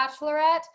Bachelorette